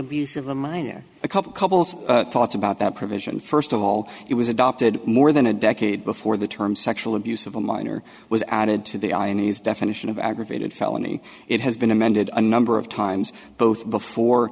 abuse of a minor a couple couples thoughts about that provision first of all it was adopted more than a decade before the term sexual abuse of a minor was added to the ironies definition of aggravated felony it has been amended a number of times both before